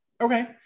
Okay